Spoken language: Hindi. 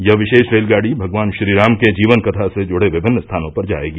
यह विशेष रेलगाड़ी भगवान श्रीराम के जीवन कथा से जुड़े विभिन्न स्थानों पर जायेगी